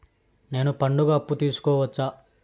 నేను పండుగ అప్పు తీసుకోవచ్చా?